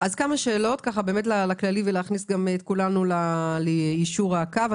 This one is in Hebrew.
כמה שאלות בכללי ולהכניס את כולנו ליישור הקו.